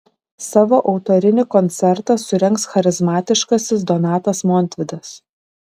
savo autorinį koncertą surengs charizmatiškasis donatas montvydas